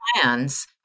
plans